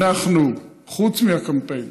אנחנו, חוץ מהקמפיין,